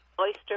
oyster